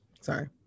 Sorry